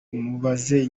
mubaze